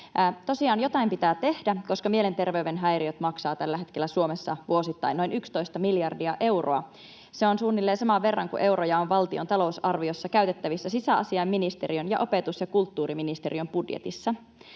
Tosiaan jotakin pitää tehdä, koska mielenterveyden häiriöt maksavat tällä hetkellä Suomessa vuosittain noin 11 miljardia euroa. Se on suunnilleen saman verran kuin euroja on valtion talousarviossa käytettävissä sisäasiainministeriön ja opetus- ja kulttuuriministeriön budjetissa.